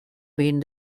been